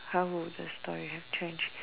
how would the story have changed